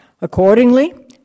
Accordingly